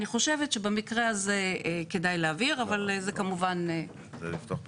אני חושבת שבמקרה הזה כדאי להבהיר אבל זה כמובן אצלכם.